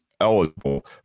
eligible